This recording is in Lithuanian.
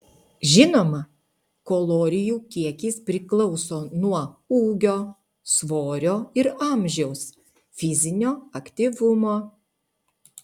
žinoma kalorijų kiekis priklauso nuo ūgio svorio ir amžiaus fizinio aktyvumo